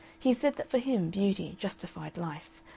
he said that for him beauty justified life,